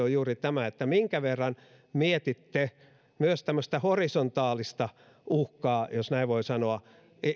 on juuri tämä minkä verran mietitte myös tämmöistä horisontaalista uhkaa jos näin voi sanoa